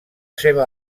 seva